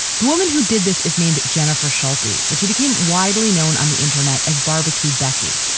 the woman who did this is named jennifer sheltie, but she became widely known on the internet as barbecue, becky,